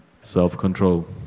self-control